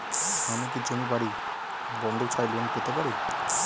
আমি কি জমি বাড়ি বন্ধক ছাড়াই লোন পেতে পারি?